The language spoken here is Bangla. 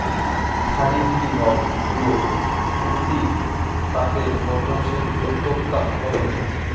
থারিগী নক গুলো উঠতি তাকে বর্ধনশীল উদ্যোক্তা কহে